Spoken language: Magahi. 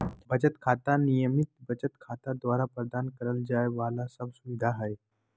बचत खाता, नियमित बचत खाता द्वारा प्रदान करल जाइ वाला सब सुविधा हइ